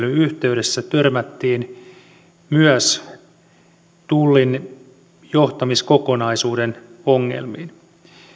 käsittelyn yhteydessä törmättiin tullin johtamiskokonaisuuden ongelmiin